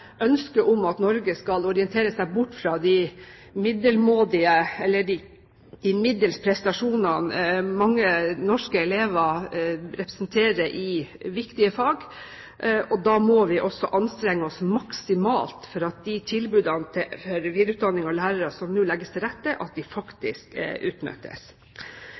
om at Norge skal orientere seg bort fra de middelmådige eller de middels prestasjonene mange norske elever representerer i viktige fag. Da må vi også anstrenge oss maksimalt for at de tilbudene for videreutdanning av lærere som det nå legges til rette for, faktisk utnyttes.